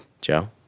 Joe